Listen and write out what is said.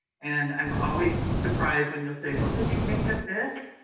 and i'm always surprised when you'll say, well did you think of this?